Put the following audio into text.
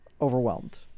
overwhelmed